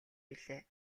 билээ